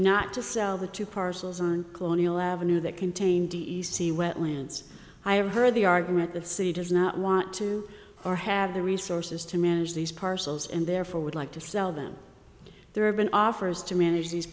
not to sell the two parcels on colonial avenue that contain d c wetlands i have heard the argument the city does not want to or have the resources to manage these parcels and therefore would like to sell them there have been offers to manage these